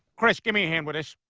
chris give me a hand with